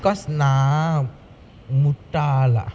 cause நா முட்டாளா:naa muttaalaa lah